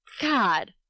God